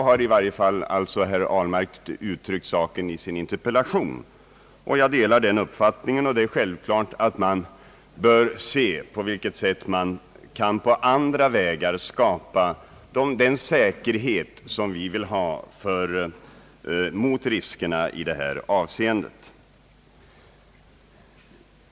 Det är självklart att man bör undersöka på vilket sätt man på andra vägar kan skapa den säkerhet som vi vill ha mot riskerna i detta avseende.